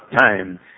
time